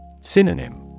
Synonym